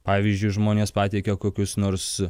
pavyzdžiui žmonės pateikia kokius nors